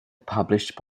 published